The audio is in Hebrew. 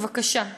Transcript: בבקשה,